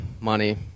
money